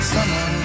Summer